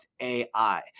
AI